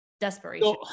desperation